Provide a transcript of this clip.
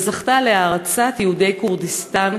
וזכתה להערצת יהודי כורדיסטן,